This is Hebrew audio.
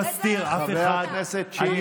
חברת הכנסת שיר.